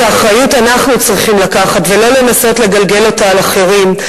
את האחריות אנחנו צריכים לקחת ולא לנסות לגלגל אותה על אחרים.